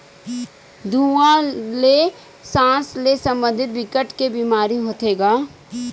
धुवा ले सास ले संबंधित बिकट के बेमारी होथे गा